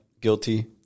Guilty